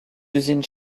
usines